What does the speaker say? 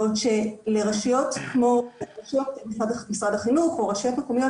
בעוד שלרשויות כמו משרד החינוך או רשויות מקומיות